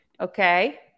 Okay